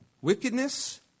wickedness